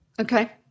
Okay